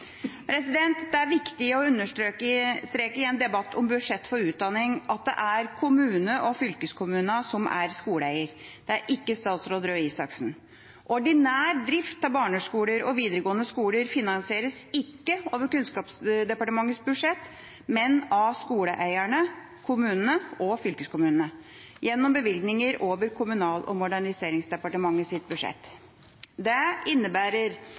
Det er viktig å understreke i en debatt om budsjettet for utdanning at det er kommunene og fylkeskommunene som er skoleeiere – ikke statsråd Røe Isaksen. Ordinær drift av barneskoler og videregående skoler finansieres ikke over Kunnskapsdepartementets budsjett, men av skoleeierne, som er kommuner og fylkeskommuner, gjennom bevilgninger over Kommunal- og moderniseringsdepartementets budsjett. Det innebærer